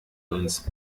uns